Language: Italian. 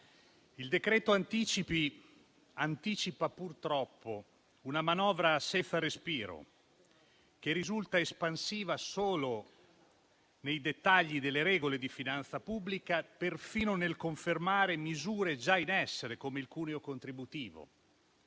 decreto-legge anticipi anticipa purtroppo una manovra senza respiro, che risulta espansiva solo nei dettagli delle regole di finanza pubblica perfino nel confermare misure già in essere, come il cuneo contributivo,